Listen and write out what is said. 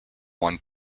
won